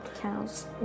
Cows